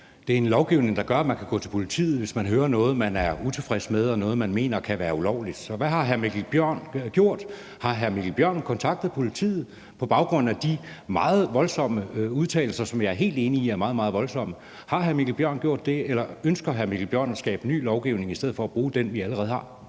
Det er en lovgivning, der gør, at man kan gå til politiet, hvis man hører noget, man er utilfreds med, og noget, man mener kan være ulovligt. Så hvad har hr. Mikkel Bjørn gjort? Har hr. Mikkel Bjørn kontaktet politiet på baggrund af de meget voldsomme udtalelser, som jeg er helt enige i er meget, meget voldsomme? Har hr. Mikkel Bjørn gjort det, eller ønsker hr. Mikkel Bjørn at skabe ny lovgivning i stedet for at bruge den, vi allerede har?